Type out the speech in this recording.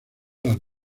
las